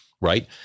right